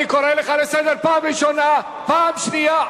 אני קורא לך לסדר פעם ראשונה, פעם שנייה.